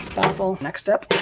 baffle. next step.